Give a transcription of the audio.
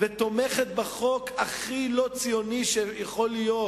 ותומכת בחוק הכי לא ציוני שיכול להיות,